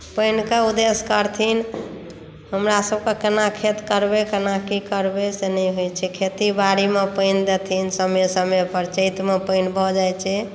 पानिके उद्देश्य करथिन हमरासभके केना खेत करबै केना की करबै से नहि होइत छै खेती बाड़ीमे पानि देथिन समय समयपर चैतमे पानि भऽ जाइत छै